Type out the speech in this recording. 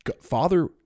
Father